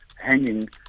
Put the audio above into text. hanging